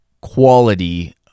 quality